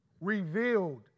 revealed